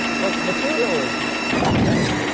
the material is mostly metal,